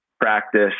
practice